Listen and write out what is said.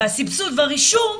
והסבסוד והרישום